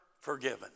forgiven